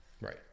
Right